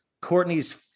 Courtney's